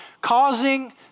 causing